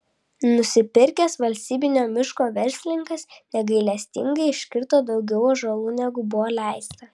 nusipirkęs valstybinio miško verslininkas negailestingai iškirto daugiau ąžuolų negu buvo leista